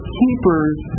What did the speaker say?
keepers